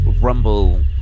rumble